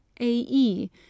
AE